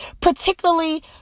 particularly